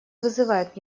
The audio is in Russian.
вызывает